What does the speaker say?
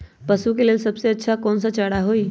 पशु के लेल सबसे अच्छा कौन सा चारा होई?